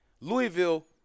Louisville